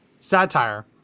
satire